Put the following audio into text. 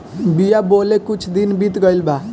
बिया बोवले कुछ दिन बीत गइल बा